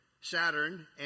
Saturn